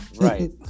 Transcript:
Right